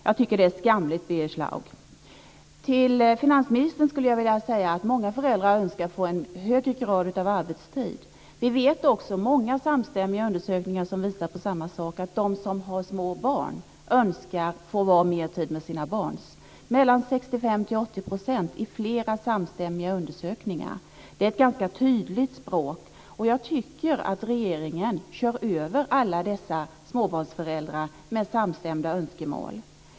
Jag tycker att det är skamligt, Birger Schlaug. Till finansministern skulle jag vilja säga att många föräldrar önskar få en högre grad av arbetstid. Vi vet också - många samstämmiga undersökningar visar på samma sak - att de som har små barn önskar få mer tid med sina barn - mellan 65 % och 80 % enligt flera samstämmiga undersökningar. Det är ett ganska tydligt språk. Jag tycker att regeringen kör över alla dessa småbarnsföräldrar med samstämda önskemål.